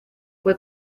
fue